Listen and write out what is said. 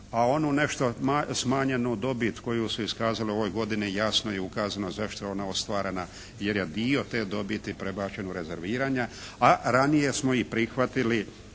A onu nešto smanjenu dobit koju su iskazali u ovoj godini jasno je ukazano zašto je ona ostvarena, jer je dio te dobiti prebačen u rezerviranja, a ranije smo ih prihvatili